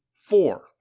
four